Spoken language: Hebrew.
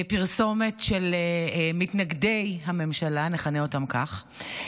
פרסומת של מתנגדי הממשלה, נכנה אותם כך.